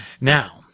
Now